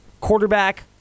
quarterback